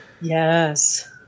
yes